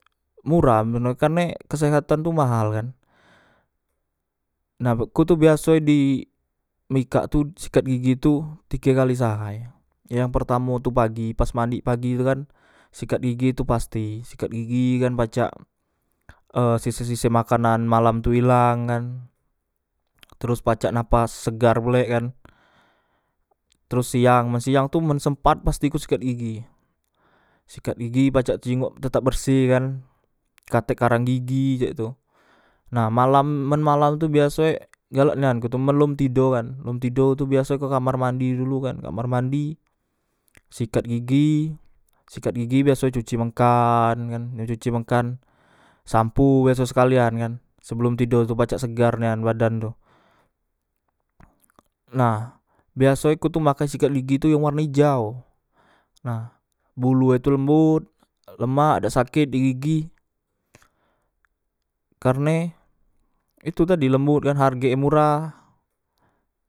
Murah meno kane kesehatantu mahal kan nah bakku tu biasoe di mikak tu sikat gigi tu tige kali se ahay yang pertamo tu pagi pas mandi pagi tukan sikat gigi tu pasti sikat gigi dan pacak e sise sise makanan malam tu ilang kan teros pacak napas segar pulek kan terus siang men siang tu men sempat pasti ku sikat gigi sikat gigi pacak tejinggok tetap berseh kan katek karang gigi cak tu nah malam men malam tu biaso e galak nian ku tu men lom tido kan lom tido tu biaso ku tu ke kamar mandi dulu kan kamar mandi sikat gigi sikat gigi biasoe cuci mengkan kan dem cuci mengkan sapu biasoe sekalian kan sebelom tedo tu pacak segar nian badan tu nah biasoeku tu makai sikat gigi tu yang warni ijau nah bulue tu lembut lemak dak saket di gigi karne itu tadi lembut kan hargek e murah